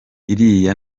iriya